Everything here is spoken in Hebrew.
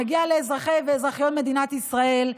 נגיע לאזרחי ואזרחיות מדינת ישראל.